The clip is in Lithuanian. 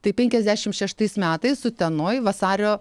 tai penkiasdešimt šeštais metais utenoj vasario